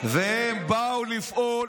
הם הצביעו בעד, והם באו לפעול